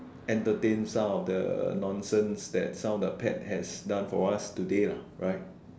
entertain some of the nonsense that some of the pet has done for us today lah right